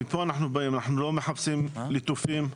אנחנו לא מחפשים ליטופים,